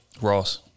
Ross